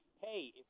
hey